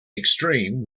extreme